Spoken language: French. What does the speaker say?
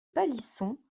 palisson